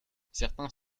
certains